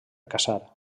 caçar